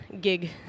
gig